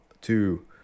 two